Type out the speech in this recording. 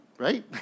right